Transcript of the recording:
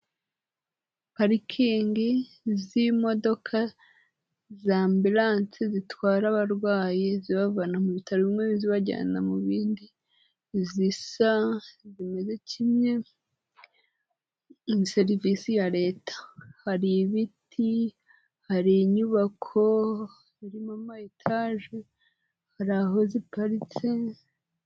Parikingi z'imodoka z' ambilanse zitwara abarwayi zibavana mu bitaro bimwe zibajyana mu bindi, zisa, zimeze kimwe; ni serivisi ya Leta. Hari ibiti, hari inyubako, birimo amayetaje, hari aho ziparitse...